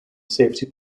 safety